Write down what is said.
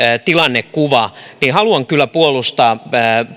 tilannekuva niin haluan kyllä puolustaa